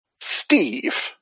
Steve